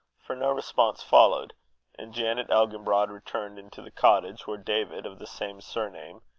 for no response followed and janet elginbrod returned into the cottage, where david of the same surname,